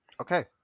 Okay